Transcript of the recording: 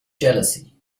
jealousy